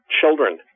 children